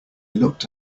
looked